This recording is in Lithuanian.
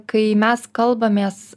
kai mes kalbamės